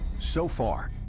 so far,